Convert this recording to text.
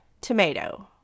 tomato